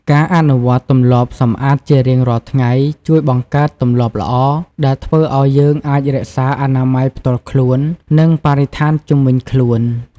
ការអនុវត្តទម្លាប់សម្អាតជារៀងរាល់ថ្ងៃ ជួយបង្កើតទម្លាប់ល្អ ដែលធ្វើឲ្យយើងអាចរក្សាអនាម័យផ្ទាល់ខ្លួន និងបរិស្ថានជុំវិញខ្លួន។